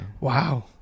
Wow